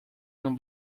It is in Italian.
non